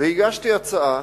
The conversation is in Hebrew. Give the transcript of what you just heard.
הגשתי הצעה